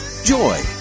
joy